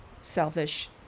Selfish